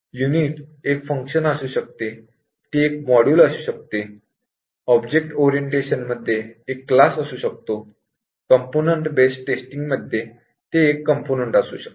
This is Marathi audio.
युनिट एक फंक्शन मॉड्यूल असू शकते ऑब्जेक्ट ओरिएंटेशन मध्ये एक क्लास असू शकतो कंपोनंन्ट बेस्ड टेस्टींग मध्ये ते एक कंपोनंन्ट असू शकते